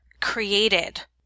created